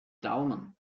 daumen